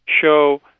show